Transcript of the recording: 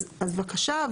אז בבקשה.